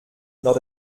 noch